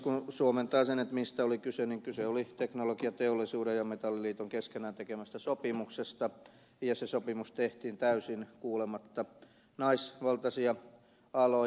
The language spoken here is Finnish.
kun suomentaa sen mistä oli kyse niin kyse oli teknologiateollisuuden ja metalliliiton keskenään tekemästä sopimuksesta ja se sopimus tehtiin täysin kuulematta naisvaltaisia aloja